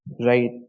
Right